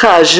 HŽ